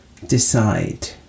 decide